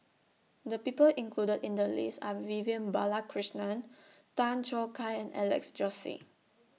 The People included in The list Are Vivian Balakrishnan Tan Choo Kai and Alex Josey